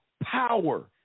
power